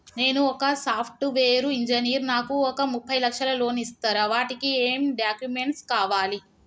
నేను ఒక software engineer నాకు ఒక ముప్పై లక్షల లోన్ ఇస్తరా? వాటికి ఏం డాక్యుమెంట్స్ కావాలి?